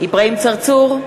אברהים צרצור,